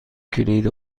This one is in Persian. کلید